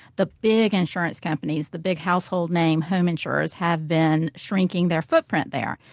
the big insurance companies, the big household name home insurers, have been shrinking their footprint there.